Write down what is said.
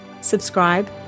subscribe